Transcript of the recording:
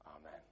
Amen